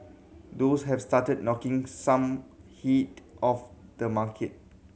those have started knocking some heat off the market